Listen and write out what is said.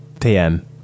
PM